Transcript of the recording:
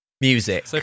music